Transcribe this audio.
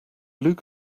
luke